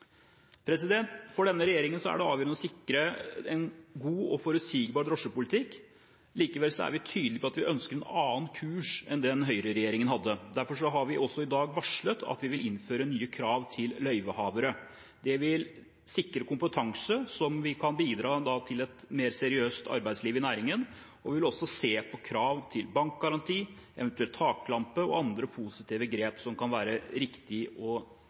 For denne regjeringen er det avgjørende å sikre en god og forutsigbar drosjepolitikk. Likevel er vi tydelig på at vi ønsker en annen kurs enn den høyreregjeringen hadde. Derfor har vi også i dag varslet at vi vil innføre nye krav til løyvehavere. Det vil sikre kompetanse som kan bidra til et mer seriøst arbeidsliv i næringen, og vi vil også se på krav til bankgaranti, eventuelt taklampe og andre positive grep som kan være riktig å